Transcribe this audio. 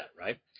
right